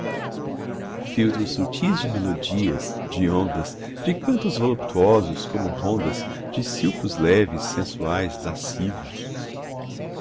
filtros sutis de melodias de ondas de cantos volutuosos como rondas de silfos leves sensuais lascivos